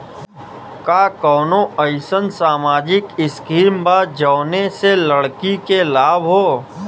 का कौनौ अईसन सामाजिक स्किम बा जौने से लड़की के लाभ हो?